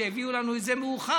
שיביאו לנו את זה מאוחר,